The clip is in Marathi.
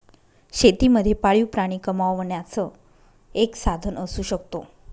शेती मध्ये पाळीव प्राणी कमावण्याचं एक साधन असू शकतो